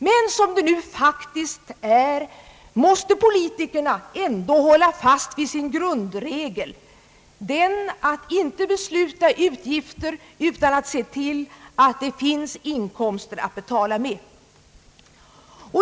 Men som det nu faktiskt är måste politikerna ändå hålla fast vid sin grundregel — att inte besluta utgifter utan att se till att det finns inkomster att betala med.